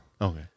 Okay